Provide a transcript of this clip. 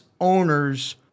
owners